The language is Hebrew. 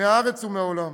מהארץ ומהעולם.